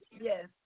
yes